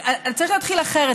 אני רוצה שנתחיל אחרת,